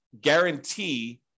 guarantee